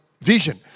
vision